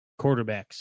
quarterbacks